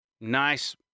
Nice